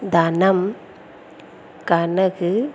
Dhanam Kanagu